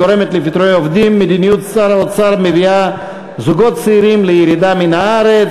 גורמת לפיטורי עובדים ומביאה זוגות צעירים לירידה מן הארץ.